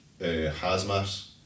hazmat